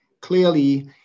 Clearly